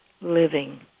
living